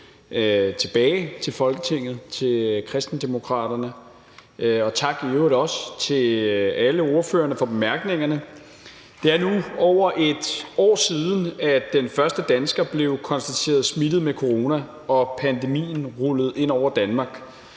tilbage til Folketinget til Kristendemokraterne. Jeg vil i øvrigt også sige tak til alle ordførerne for bemærkningerne. Det er nu over et år siden, at den første dansker blev konstateret smittet med corona og pandemien rullede ind over Danmark.